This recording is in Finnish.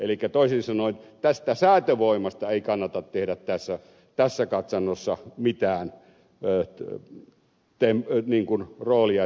elikkä toisin sanoen tästä säätövoimasta ei kannata tehdä tässä katsannossa mitään numeroa